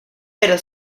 pero